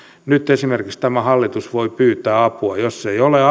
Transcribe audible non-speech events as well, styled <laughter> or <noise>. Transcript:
nyt esimerkiksi tämä hallitus voi pyytää apua jos ei ole <unintelligible>